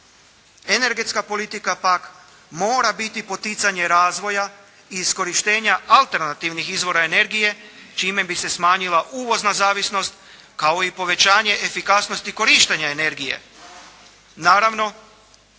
Energetska politika pak mora biti poticanje razvoja i iskorištenja alternativnih izvora energije čime bi se smanjila uvozna zavisnost kao i povećanje efikasnosti korištenja energije. Naravno